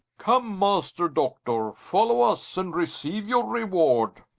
come, master doctor, follow us, and receive your reward.